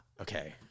okay